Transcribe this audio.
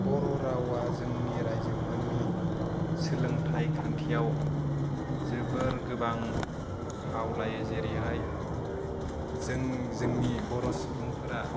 बर' रावा जोंनि रायजोफोरनि सोलोंथाइ खान्थियाव जोबोर गोबां फाव लायो जेरैहाय जों जोंनि बर' सुबुंफोरा